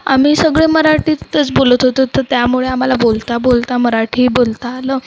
आम्ही सगळे मराठीतच बोलत होतो तर त्यामुळे आम्हाला बोलता बोलता मराठी बोलता आलं